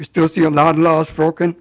we still see a lot of laws broken